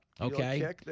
Okay